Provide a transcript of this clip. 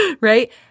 right